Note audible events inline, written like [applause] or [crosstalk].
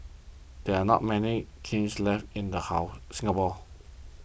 there are not many kilns left in [unintelligible] Singapore